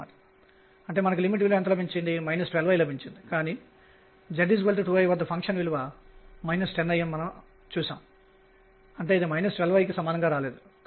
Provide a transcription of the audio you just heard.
మరియు ϕ మరియు r లను వివరించే చరరాశులను మేము పరిగణించాము